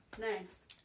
Nice